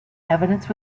evidence